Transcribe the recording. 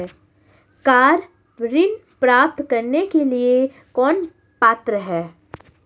Car ऋण प्राप्त करने के लिए कौन पात्र है?